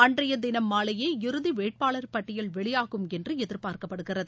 அன்றையதினம் மாலையே இறுதி வேட்பாளர் பட்டியல் வெளியாகும் என்று எதிர்பார்க்கப்படுகிறது